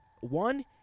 one